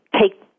take